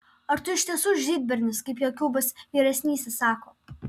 ar tu iš tiesų žydbernis kaip jokūbas vyresnysis sako